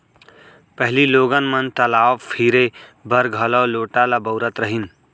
पहिली लोगन मन तलाव फिरे बर घलौ लोटा ल बउरत रहिन